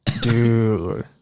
Dude